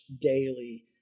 daily